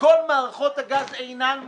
שכל מערכות הגז אינן מוכנות,